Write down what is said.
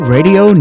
Radio